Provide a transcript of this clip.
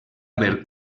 haver